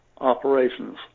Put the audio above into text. operations